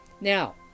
Now